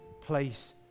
place